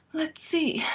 let's see.